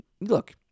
look